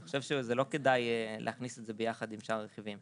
אני חושב שזה לא כדאי להכניס את זה ביחד עם שאר הרכיבים.